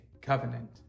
covenant